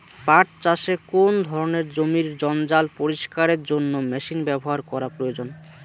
পাট চাষে কোন ধরনের জমির জঞ্জাল পরিষ্কারের জন্য মেশিন ব্যবহার করা প্রয়োজন?